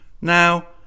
now